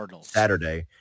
Saturday